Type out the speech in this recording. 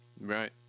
Right